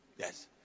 Yes